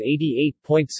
88.6%